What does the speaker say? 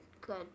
Good